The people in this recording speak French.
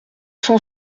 cent